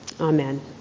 Amen